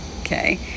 okay